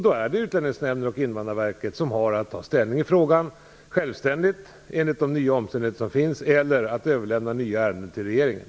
Då är det Utlänningsnämnden och Invandrarverket som har att ta ställning i frågan självständigt, enligt de nya omständigheter som finns, eller att överlämna nya ärenden till regeringen.